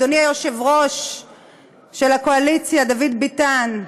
אדוני יושב-ראש הקואליציה, דוד ביטן,